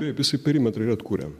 taip jisai perimetrą ir atkuria